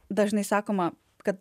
dažnai sakoma kad